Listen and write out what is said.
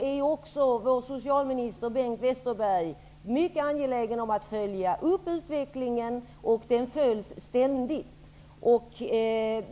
är också vår socialminister Bengt Westerberg mycket angelägen om att följa upp utvecklingen. Den följs ständigt.